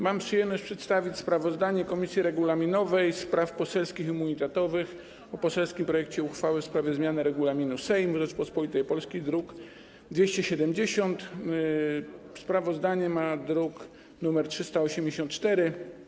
Ma przyjemność przedstawić sprawozdanie Komisji Regulaminowej, Spraw Poselskich i Immunitetowych o poselskim projekcie uchwały w sprawie zmiany Regulaminu Sejmu Rzeczypospolitej Polskiej, druk nr 270, sprawozdanie to druk nr 384.